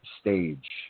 stage